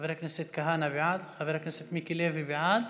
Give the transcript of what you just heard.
חבר הכנסת כהנא, בעד, חבר הכנסת מיקי לוי, בעד.